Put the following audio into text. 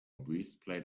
breastplate